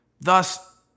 Thus